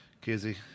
Kizzy